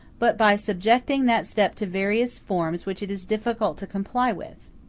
but by subjecting that step to various forms which it is difficult to comply with.